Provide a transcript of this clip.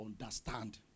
understand